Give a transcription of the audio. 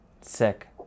Sick